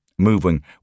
moving